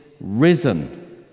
risen